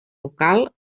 local